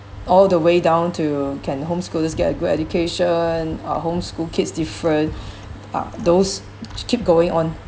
all the way down to can homeschoolers get a good education are home school kids different uh those you keep going on